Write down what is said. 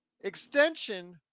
extension